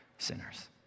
sinners